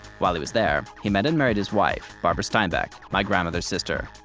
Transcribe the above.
while he was there, he met and married his wife, barbara steinbeck, my grandmother's sister.